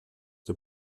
der